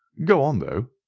go on, though.